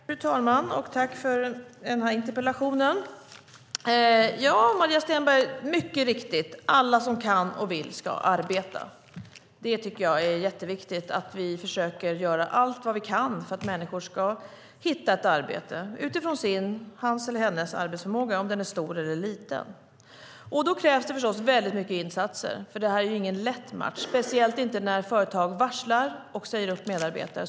Fru talman! Jag tackar för denna interpellationsdebatt. Ja, det är mycket riktigt, Maria Stenberg - alla som kan och vill ska arbeta. Jag tycker att det är jätteviktigt att vi försöker göra allt vi kan för att människor ska hitta ett arbete utifrån hans eller hennes arbetsförmåga, antingen den är stor eller liten. Då krävs det förstås väldigt mycket insatser. Det här är nämligen ingen lätt match, speciellt inte när företag varslar och säger upp medarbetare.